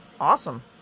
awesome